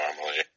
normally